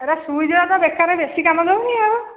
ଏଗୁଡ଼ା ସୁଇଜ୍ ଅର୍ଥ ବେକାରେ ବେଶୀ କାମ ଦଉନି ଆଉ